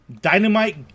Dynamite